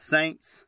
Saints